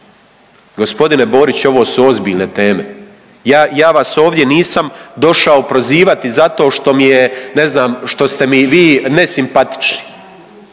G. Borić ovo su ozbiljne teme, ja vas ovdje nisam došao prozivati zato što mi je ne znam,